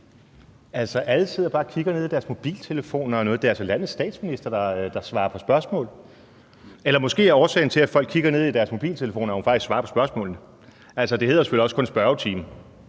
alle sidder bare og kigger ned i deres mobiltelefoner og sådan noget. Det er altså landets statsminister, der svarer på spørgsmål. Men måske er årsagen til, at folk kigger ned i deres mobiltelefoner, at hun faktisk ikke svarer på spørgsmålene. Det hedder jo selvfølgelig også kun spørgetime,